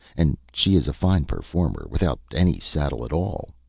and she is a fine performer, without any saddle at all.